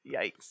Yikes